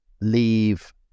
leave